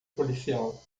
policial